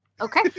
Okay